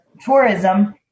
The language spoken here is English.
tourism